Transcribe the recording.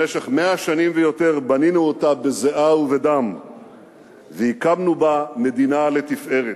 במשך 100 שנים ויותר בנינו אותה בזיעה ובדם והקמנו בה מדינה לתפארת.